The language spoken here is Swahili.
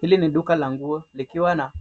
Hili ni duka la nguo, likiwa na